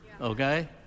okay